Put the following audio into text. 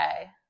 okay